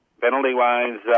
Penalty-wise